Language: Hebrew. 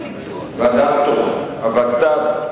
הות"ת?